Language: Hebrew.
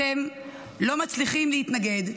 אתם לא מצליחים להתנגד,